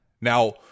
Now